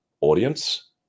Audience